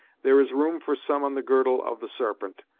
there is room for some on the girdle of the sarpent,